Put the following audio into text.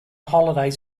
holiday